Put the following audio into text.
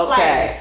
Okay